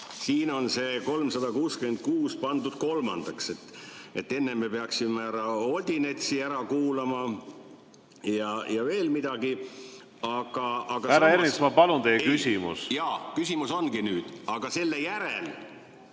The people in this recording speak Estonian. siin on see 366 pandud kolmandaks. Enne me peaksime härra Odinetsi ära kuulama ja veel midagi, aga ... Härra Ernits, ma palun teie küsimus! Jaa, küsimus ongi nüüd. Aga selle tänase